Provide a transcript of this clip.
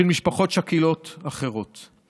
של משפחות שכלות אחרות.